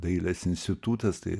dailės institutas tai